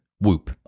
Whoop